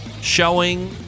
showing